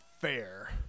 fair